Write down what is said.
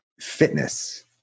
fitness